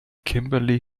kimberly